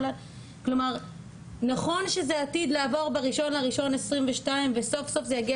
נכון שזה עתיד לעבור ב-1.1.22 וסוף סוף זה יגיע